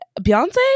beyonce